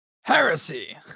Heresy